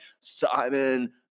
Simon